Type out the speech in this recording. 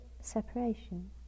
separation